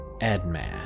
Edman